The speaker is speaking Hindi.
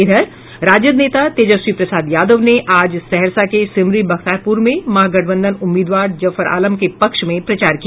इधर राजद नेता तेजस्वी प्रसाद यादव ने आज सहरसा के सिमरी बख्तियारप्र में महागठबंधन उम्मीदवार जफर आलम के पक्ष में प्रचार किया